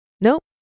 Nope